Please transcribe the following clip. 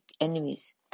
enemies